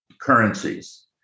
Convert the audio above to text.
currencies